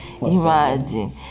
imagine